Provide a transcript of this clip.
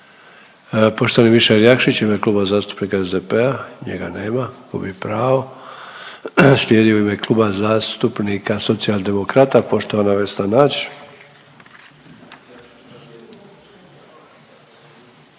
poštovani Mišel Jakšić, u ime Kluba zastupnika SDP-a, njega nema. Gubi pravo. Slijedu u ime Kluba zastupnika Socijaldemokrata, poštovana Vesna